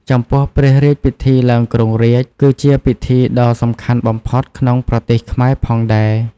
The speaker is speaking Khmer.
ចំពោះព្រះរាជពិធីឡើងគ្រងរាជ្យ គឺជាពិធីដ៏សំខាន់បំផុតក្នុងប្រទេសខ្មែរផងដែរ ។